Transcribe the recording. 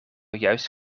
juist